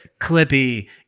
Clippy